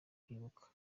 kwibuka